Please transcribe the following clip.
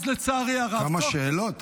כמה שאלות.